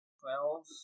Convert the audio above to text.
Twelve